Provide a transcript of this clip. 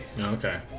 Okay